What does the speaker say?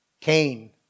Cain